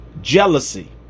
jealousy